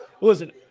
Listen